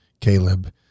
Caleb